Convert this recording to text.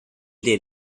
did